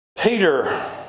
Peter